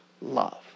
love